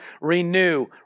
Renew